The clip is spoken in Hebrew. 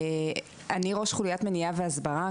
אני ראש חוליית מניעה והסברה,